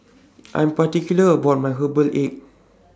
I'm particular about My Herbal Egg